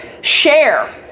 Share